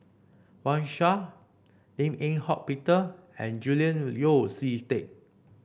Wang Sha Lim Eng Hock Peter and Julian Yeo See Teck